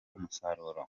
umusaruro